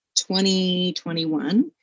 2021